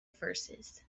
verses